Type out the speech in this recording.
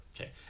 Okay